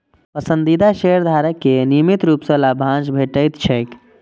पसंदीदा शेयरधारक कें नियमित रूप सं लाभांश भेटैत छैक